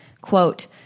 quote